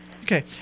Okay